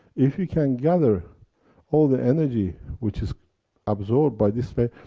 if you can gather all the energy which is absorbed by this way.